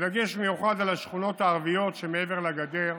בדגש מיוחד על השכונות הערביות שמעבר לגדר,